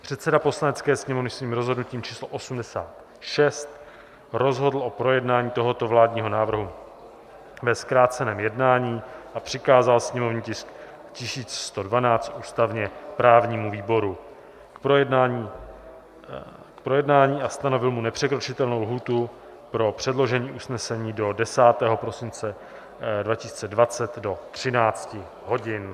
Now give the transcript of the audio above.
Předseda Poslanecké sněmovny svým rozhodnutím číslo 86 rozhodl o projednání tohoto vládního návrhu ve zkráceném jednání a přikázal sněmovní tisk 1112 ústavněprávnímu výboru k projednání a stanovil mu nepřekročitelnou lhůtu pro předložení usnesení do 10. prosince 2020 do 13 hodin.